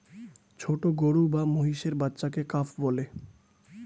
ছোট গরু বা মহিষের বাচ্চাকে কাফ বলে